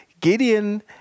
Gideon